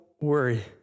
worry